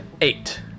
eight